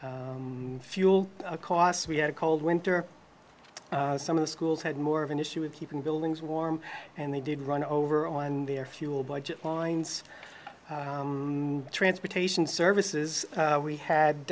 fuel costs we had a cold winter some of the schools had more of an issue with keeping buildings warm and they did run over on their fuel budget lines transportation services we had